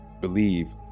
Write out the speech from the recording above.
believe